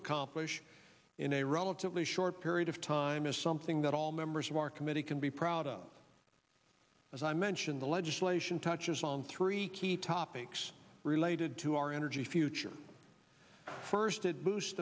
accomplish in a relatively short period of time is something that all members of our committee can be proud of as i mentioned the legislation touches on three key topics related to our energy future first it boosts